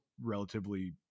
relatively